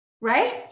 right